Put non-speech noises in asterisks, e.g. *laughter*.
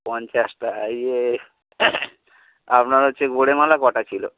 পঞ্চাশটা ইয়ে আপনার হচ্ছে *unintelligible* মালা কটা ছিল